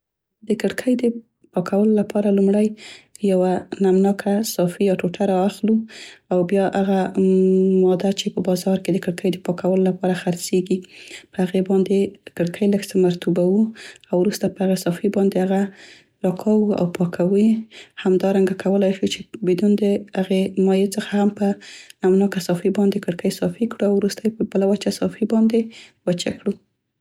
د کړکۍ د پاکولو لپاره لومړی یوه نمناکه صافي یا ټوټه راخلو او بیا هغه ماده چې په بازار کې د کړکۍ د پاکولو لپاره خرڅیګي، په هغې باندې کړکۍ لږ څه مرطوبوو او وروسته په هغې صافي هغه راکاږو او پاکوو یې، همدارنګه کولای شو چې بدون د هغې مایع څخه هم په نمناکه صافي باندې کړکۍ صافي کړو او وروسته یې په بله وچه صافي باندې وچه کړو.